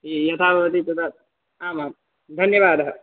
यथा भवति तदा आमां धन्यवादः